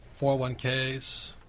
401ks